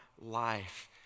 life